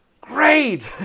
Great